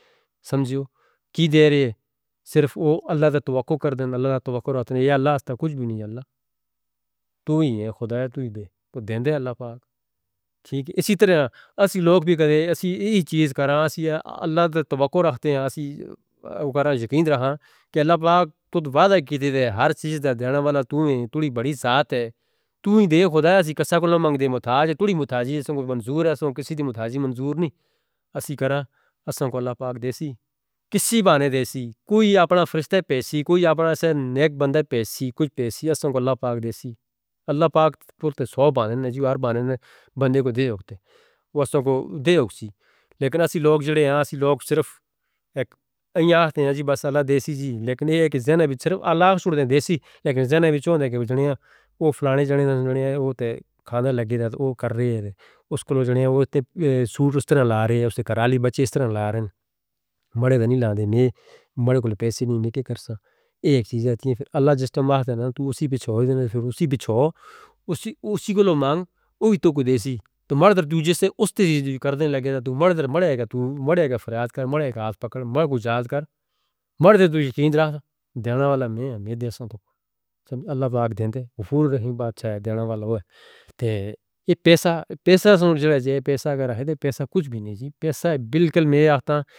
سمجھو کی دے رہے ہیں صرف وہ اللہ دا توقع کردیں اللہ دا توقع رہتے ہیں یا اللہ اس تا کچھ بھی نہیں اللہ تو ہی ہیں خدا ہے تو ہی دے وہ دیتے ہیں اللہ پاک اسی طرح ہم لوگ بھی کبھی یہی چیز کر رہے ہیں ہم اللہ دا توقع رکھتے ہیں ہم یقین رکھتے ہیں کہ اللہ پاک تو نے وعدہ کیتے دے ہر شئے دا دینا والا تو ہی دے خدا ہے ہم کس سے نہیں مانگ دے محتاج ہیں توڑی محتاجی ہے ہم کسی دی محتاجی منظور نہیں ہم نے اللہ پاک دے سی کسی بحانے دے سی کوئی اپنا فرشتہ پیش سی کوئی اپنا نیک بندہ پیش سی کچھ پیش سی اللہ پاک دے سی اللہ پاک نے سو بحانے دے جی ہر بحانے دے بندے کو دے ہوتا۔ ہم لوگ صرف اللہ دے سی لیکن یہ ایک ذہن ہے بس اللہ دے سی لیکن یہ ایک ذہن ہے کہ فلانے جنہیں وہ کھانا لگے دا وہ کر رہے ہیں اس کے لوگ سورسٹرن لگا رہے ہیں اس کے کراجلی بچے اس طرح لگا رہے ہیں مرے دا نہیں لاندے نے مرے کو پے سے نہیں کیا کرسا یہ ایک چیز ہے اللہ جس طرح مہا ہے تو اسی پیچھو دے دے پھر اسی پیچھو اسی کو لو مانگ وہی تو کوئی دے سی تو مرے دے تو جس سے اس طرح بھی کر دی لگے تو مرے دے فریاد کر مرے دے ہاتھ پکڑ مرے کو جاذ کر مرے دے تو یقین رہاں دینا والا میں دے سانتا اللہ پاک دیتے ہیں مغفور الرحیم بادشاہ ہے دینا والا وہ ہے پیسہ پیسہ سننے کے لیے پیسہ کچھ بھی نہیں پیسہ بلکل میرے ہاتھ ہیں.